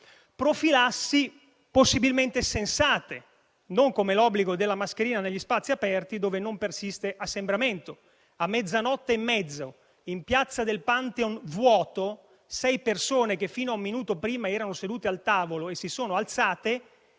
profilassi possibilmente sensate, non come l'obbligo della mascherina negli spazi aperti dove non persiste assembramento: a mezzanotte e mezzo in una piazza del Pantheon vuota, sei persone che fino a un minuto prima erano sedute al tavolo e si sono alzate